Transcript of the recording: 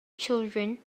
children